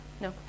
No